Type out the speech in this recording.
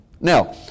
Now